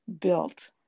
built